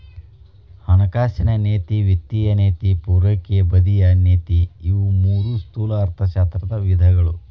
ಹಣಕಾಸಿನ ನೇತಿ ವಿತ್ತೇಯ ನೇತಿ ಪೂರೈಕೆ ಬದಿಯ ನೇತಿ ಇವು ಮೂರೂ ಸ್ಥೂಲ ಅರ್ಥಶಾಸ್ತ್ರದ ವಿಧಗಳು